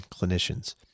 clinicians